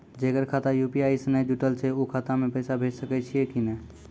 जेकर खाता यु.पी.आई से नैय जुटल छै उ खाता मे पैसा भेज सकै छियै कि नै?